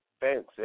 Thanks